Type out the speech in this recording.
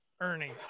Ernie